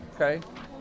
Okay